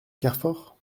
carfor